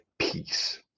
Peace